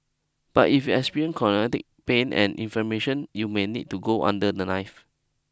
but if you experience pain and inflammation you may need to go under the knife